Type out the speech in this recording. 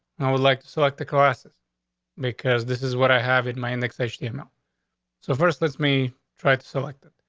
i would like to select the classes because this is what i have in my annexation. you know so first, let me try to select it.